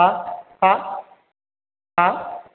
हा हा हा